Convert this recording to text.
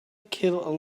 kill